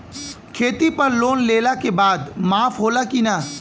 खेती पर लोन लेला के बाद माफ़ होला की ना?